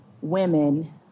women